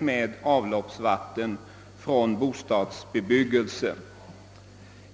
med avloppsvatten från bostadsbebyggelse.